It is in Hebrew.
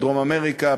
בדרום-אמריקה,